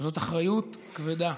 זאת אחריות כבדה.